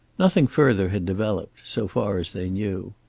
nothing further had developed, so far as they knew.